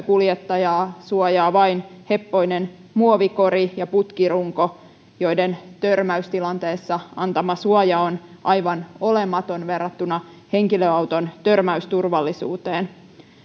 kuljettajaa suojaa vain heppoinen muovikori ja putkirunko joiden törmäystilanteessa antama suoja on aivan olematon verrattuna henkilöauton törmäysturvallisuuteen